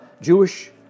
Jewish